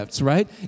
Right